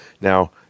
Now